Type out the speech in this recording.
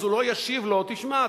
אז הוא לא ישיב לו: תשמע,